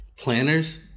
planners